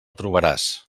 trobaràs